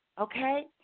okay